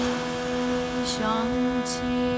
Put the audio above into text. Shanti